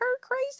crazy